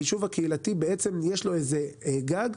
היישוב הקהילתי יש לו גג.